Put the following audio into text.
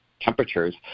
temperatures